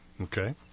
Okay